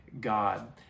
God